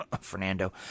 Fernando